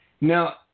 now